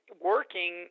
working